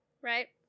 right